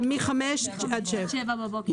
זה מ-17:00 עד 7:00 בבוקר.